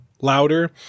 louder